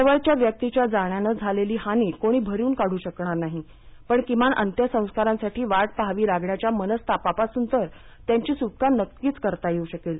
जवळच्या व्यक्तीच्या जाण्यानं झालेली हानी कोणी भरून काढू शकणार नाही पण किमान अंत्यसंस्कारांसाठी वाट पाहावी लागण्याच्या मनस्तापापासून तर त्यांची सुटका करता येऊ शकेल